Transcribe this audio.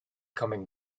coming